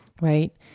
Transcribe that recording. right